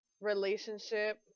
relationship